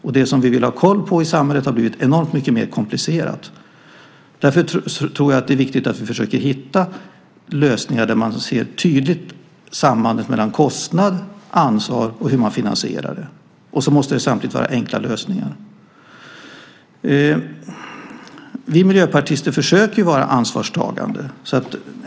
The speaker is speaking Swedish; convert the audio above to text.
Och det som vi vill ha koll på i samhället har blivit enormt mycket mer komplicerat. Därför tror jag att det är viktigt att vi försöker hitta lösningar där man tydligt ser sambandet mellan kostnad och ansvar och hur man finansierar det. Samtidigt måste det vara enkla lösningar. Vi miljöpartister försöker vara ansvarstagande.